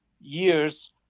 years